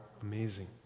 amazing